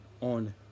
on